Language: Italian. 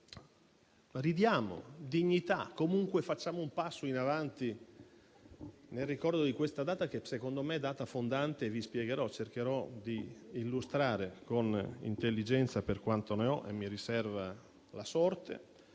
ridiamo dignità e comunque facciamo un passo avanti nel ricordo di questa data, che secondo me è una data fondante. Cercherò di illustrare con intelligenza, per quanta ne ho e me ne riserva la sorte,